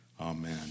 amen